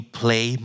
play